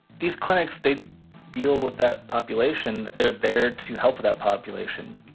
these clinics, they deal with that population. they're there to help that population.